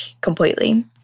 completely